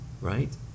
right